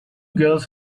girls